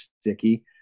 sticky